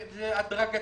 זה הדרגתי.